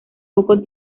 poco